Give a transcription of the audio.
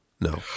no